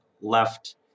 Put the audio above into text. left